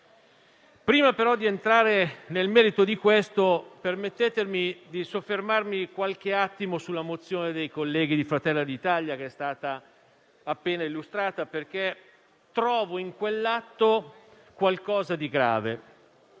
Prima di entrare nel merito di questo, permettetemi però di soffermarmi qualche attimo sulla mozione dei colleghi di Fratelli d'Italia, che è stata appena illustrata, perché trovo in quell'atto qualcosa di grave.